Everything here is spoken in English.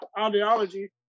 ideology